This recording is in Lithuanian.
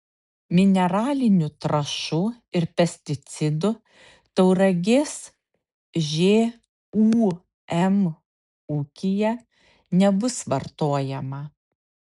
mineralinių trąšų ir pesticidų tauragės žūm ūkyje nebus vartojama